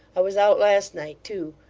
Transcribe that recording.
i was out last night, too.